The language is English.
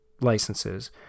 licenses